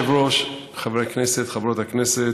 אדוני היושב-ראש, חברי כנסת, חברות הכנסת,